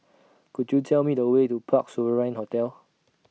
Could YOU Tell Me The Way to Parc Sovereign Hotel